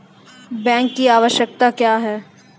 Bank की आवश्यकता क्या हैं?